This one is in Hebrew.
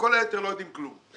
כל היתר לא יודעים כלום.